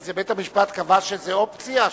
מה זה, בית-המשפט קבע שזו אופציה?